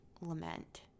lament